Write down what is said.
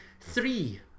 three